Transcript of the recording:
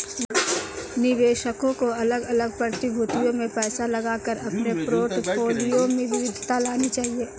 निवेशकों को अलग अलग प्रतिभूतियों में पैसा लगाकर अपने पोर्टफोलियो में विविधता लानी चाहिए